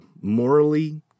morally